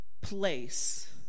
place